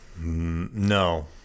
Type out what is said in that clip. No